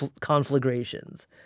conflagrations